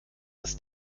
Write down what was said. das